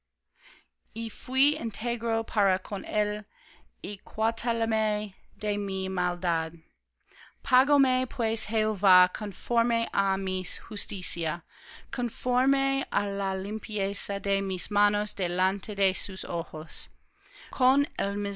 jehová conforme á mi justicia conforme á la limpieza de mis manos delante de sus ojos con